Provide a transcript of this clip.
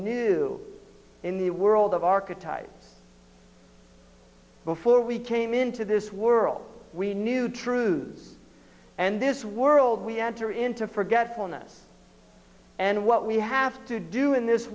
knew in the world of archetypes before we came into this world we knew trues and this world we enter into forgetfulness and what we have to do in this